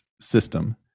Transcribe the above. system